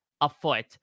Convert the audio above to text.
afoot